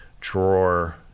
drawer